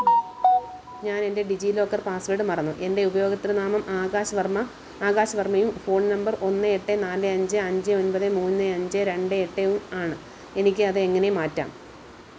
ഞാൻ എൻ്റെ DigiLocker password മറന്നു എൻ്റെ ഉപയോക്തൃനാമം ആകാശ് വർമ്മ ആകാശ് വർമ്മയും ഫോൺ നമ്പർ ഒന്ന് എട്ട് നാല് അഞ്ച് അഞ്ച് ഒൻപത് മൂന്ന് അഞ്ച് രണ്ട് എട്ടും ആണ് എനിക്ക് അത് എങ്ങനെ മാറ്റാം